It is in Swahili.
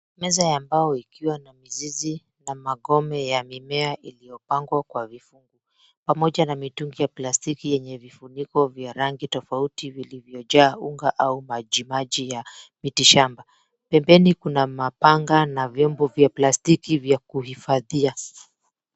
Meza ya mbao ikiwa na mizizi na migomba iliyopangwa kwa vifungu. Pamoja na mitungi ya plastiki yenye vifuniko vya rangi tofauti vilivyojaa unga au maji maji ya miti shamba. Pembeni kuna mapanga na vyombo vya plastiki vya kuhifadhia.